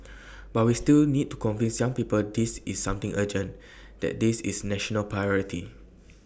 but we still need to convince young people this is something urgent that this is national priority